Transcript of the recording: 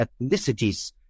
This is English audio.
ethnicities